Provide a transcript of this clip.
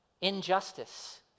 injustice